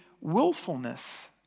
willfulness